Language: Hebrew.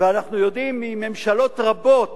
אנחנו יודעים מממשלות רבות